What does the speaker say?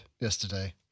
yesterday